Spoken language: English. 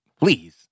Please